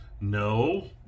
No